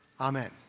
Amen